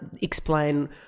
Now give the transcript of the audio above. explain